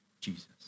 Jesus